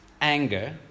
anger